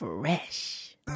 Fresh